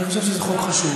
אני חושב שזה חוק חשוב.